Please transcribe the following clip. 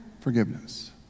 forgiveness